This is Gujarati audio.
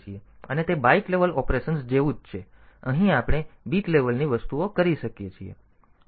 અને તે બાઈટ લેવલ ઓપરેશન જેવું જ અહીં આપણે બીટ લેવલની વસ્તુઓ કરી શકીએ છીએ